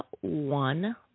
one